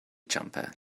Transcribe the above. jumper